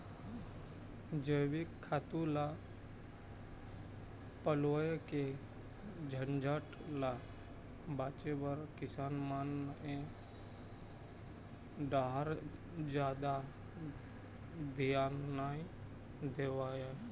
जइविक खातू ल पलोए के झंझट ल बाचे बर किसान मन ए डाहर जादा धियान नइ देवय